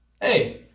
hey